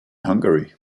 hungary